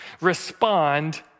respond